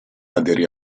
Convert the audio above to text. aderì